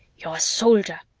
you're a soldier.